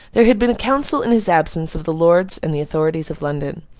there had been a council in his absence, of the lords, and the authorities of london.